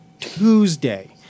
Tuesday